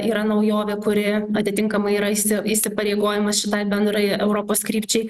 yra naujovė kuri atitinkamai yra įsi įsipareigojimas šitai bendrajai europos krypčiai